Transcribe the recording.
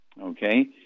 okay